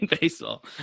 baseball